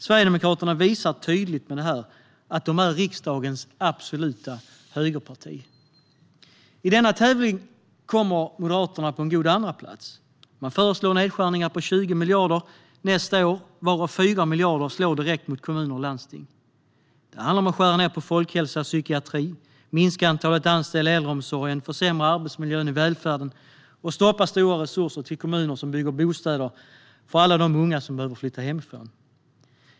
Sverigedemokraterna visar tydligt att de är riksdagens absoluta högerparti. I denna tävling kommer Moderaterna på en god andraplats. De föreslår nedskärningar på 20 miljarder nästa år, varav 4 miljarder slår direkt mot kommuner och landsting. Det handlar om att skära ned på folkhälsa och psykiatri, minska antalet anställda i äldreomsorgen, försämra arbetsmiljön i välfärden och stoppa stora resurser till kommuner som bygger bostäder för alla unga som behöver flytta hemifrån.